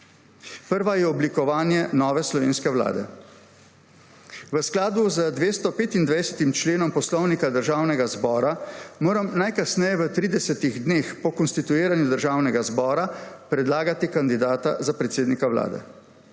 Prva je oblikovanje nove slovenske vlade. V skladu z 225. členom Poslovnika Državnega zbora moram najkasneje v 30 dneh po konstituiranju Državnega zbora predlagati kandidata za predsednika Vlade.